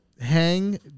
Hang